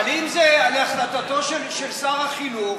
אבל אם זה להחלטתו של שר החינוך,